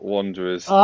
Wanderers